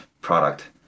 product